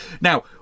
now